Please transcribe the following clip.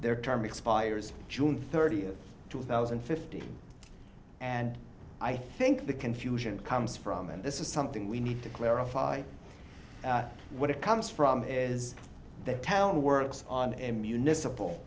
their term expires june thirtieth two thousand and fifteen and i think the confusion comes from and this is something we need to clarify what it comes from is the town works on a municipal